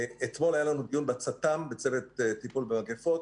אתמול היה לנו דיון בצט"ם צוות ניהול במגפות.